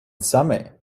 same